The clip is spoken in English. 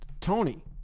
Tony